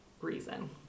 reason